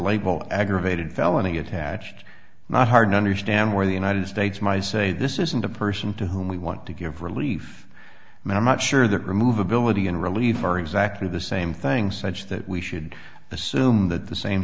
label aggravated felony attached not hard to understand why the united states my say this isn't a person to whom we want to give relief and i'm not sure that remove ability and relief are exactly the same thing such that we should assume that the same